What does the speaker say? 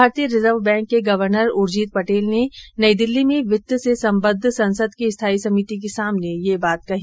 भारतीय reserve bank के governor Urjit Patel ने कल नई दिल्ली में वित्त से सम्बद्ध संसद की स्थाई समिति के सामने यह बात कही